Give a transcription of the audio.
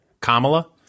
Kamala